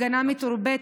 הפגנה מתורבתת,